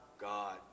God